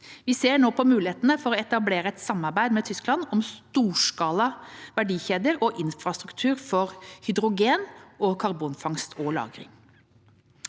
Vi ser nå på mulighetene for å etablere et samarbeid med Tyskland om storskala verdikjeder og infrastruktur for hydrogen og karbonfangst og -lagring.